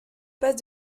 passe